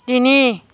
তিনি